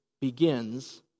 begins